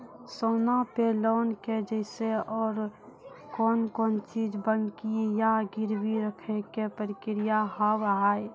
सोना पे लोन के जैसे और कौन कौन चीज बंकी या गिरवी रखे के प्रक्रिया हाव हाय?